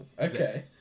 okay